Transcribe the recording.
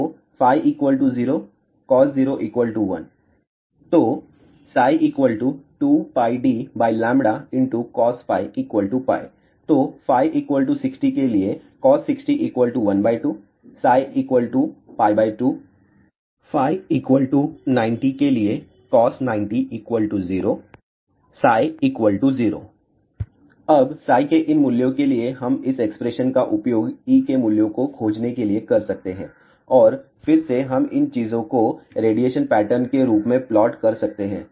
तो φ 0 cos 0 1 तो 2πdcos तो φ 60 के लिए cos 60 12 2 φ 90 के लिए cos 90 0 0 अब के इन मूल्यों के लिए हम इस एक्सप्रेशन का उपयोग E के मूल्यों को खोजने के लिए कर सकते हैं औरफिर हम इन चीजों को रेडिएशन पैटर्न के रूप में प्लॉट कर सकते हैं